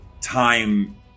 time